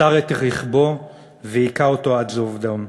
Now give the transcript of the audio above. עצר את רכבו והכה אותו עד זוב דם.